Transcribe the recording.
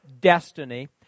destiny